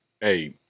Hey